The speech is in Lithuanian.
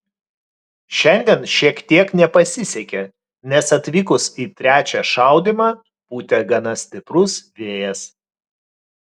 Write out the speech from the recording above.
šiandien šiek tiek nepasisekė nes atvykus į trečią šaudymą pūtė gana stiprus vėjas